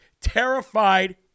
terrified